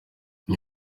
ibi